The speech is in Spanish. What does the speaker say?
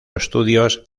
estudios